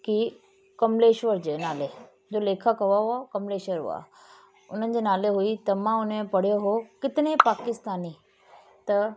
की कमलेश्वर जे नाले जो लेखक हुओ उहे कमलेश्वर हुआ उन्हनि जे नाले हुई त मां हुन में पढ़यो हुओ कितने पाकिस्तानी त